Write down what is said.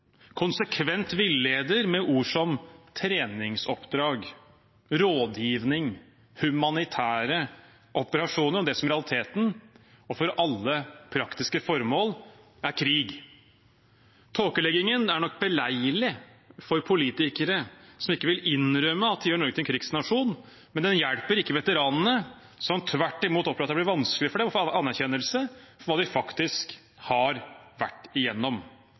konsekvent villeder med ord som «treningsoppdrag», «rådgivning» og «humanitære operasjoner» for det som i realiteten og for alle praktiske formål er krig. Tåkeleggingen er nok beleilig for politikere som ikke vil innrømme at de gjør Norge til en krigsnasjon, men det hjelper ikke veteranene, som tvert imot opplever at det blir vanskeligere for dem å få anerkjennelse for hva de faktisk har vært igjennom.